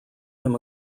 him